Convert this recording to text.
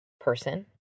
person